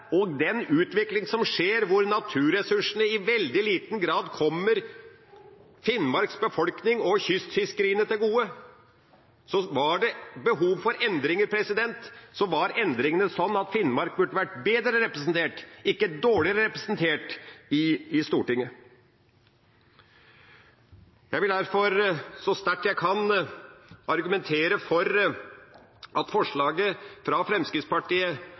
og den utvikling som skjer, hvor naturressursene i veldig liten grad kommer Finnmarks befolkning og kystfiskeriene til gode – så var det behov for endringer, burde endringene være sånn at Finnmark burde vært bedre representert, ikke dårligere representert i Stortinget. Jeg vil derfor så sterkt jeg kan argumentere for at forslaget fra Fremskrittspartiet